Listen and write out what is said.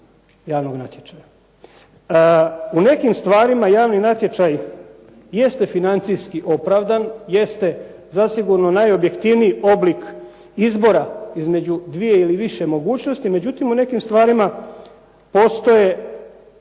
U nekim stvarima javni natječaj jeste financijski opravdan, jeste zasigurno najobjektivniji izbora između dvije ili više mogućnosti. Međutim u nekim stvarima postoje